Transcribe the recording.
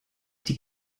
die